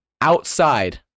outside